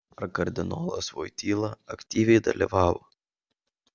ar kardinolas voityla aktyviai dalyvavo